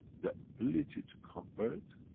the ability to convert,